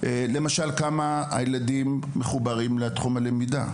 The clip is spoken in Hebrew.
למשל כמה הילדים מחוברים לתחום הלמידה.